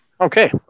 Okay